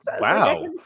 wow